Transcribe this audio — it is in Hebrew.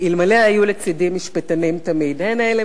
בלי המשפטנים השותפים להצעות החוק,